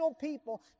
people